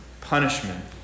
punishment